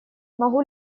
могу